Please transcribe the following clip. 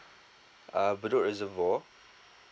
uh bedok reservoir